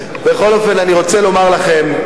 בכל אופן, אני רוצה לומר לכם: